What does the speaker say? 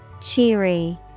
Cheery